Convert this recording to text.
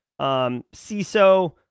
CISO